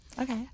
Okay